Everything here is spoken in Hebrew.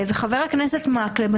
חבר הכנסת מקלב,